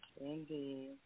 Indeed